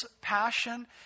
passion